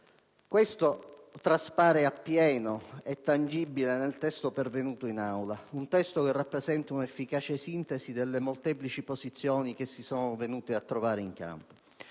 Questo traspare appieno, è tangibile nel testo pervenuto in Aula, un testo che rappresenta un'efficace sintesi delle molteplici posizioni che si sono venute a trovare in campo.